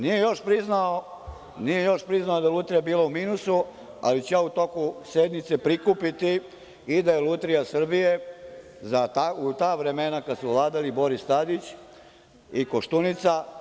Nije još priznao da je Lutrija bila u minusu, ali ću u toku sednice prikupiti i da je Lutrija Srbije u ta vremena kada su vladali Boris Tadić i Koštunica